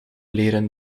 leren